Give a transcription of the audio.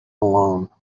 alone